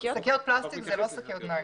שקיות פלסטיק הן לא שקיות ניילון.